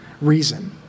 reason